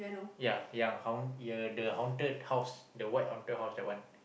ya yang haun~ uh the haunted house the white haunted house that one